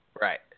Right